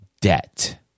debt